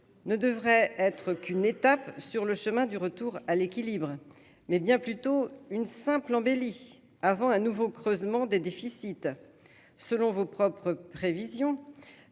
ne devrait être qu'une étape sur le chemin du retour à l'équilibre, mais bien plutôt une simple embellie avant un nouveau creusement des déficits, selon vos propres prévisions,